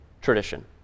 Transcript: tradition